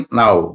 now